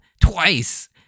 twice